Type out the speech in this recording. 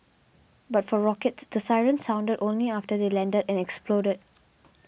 but for rockets the sirens sounded only after they landed and exploded